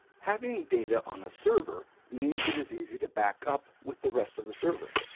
having data on a server means it is easy to backup with the rest of the server.